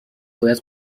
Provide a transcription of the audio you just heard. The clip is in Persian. باید